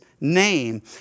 name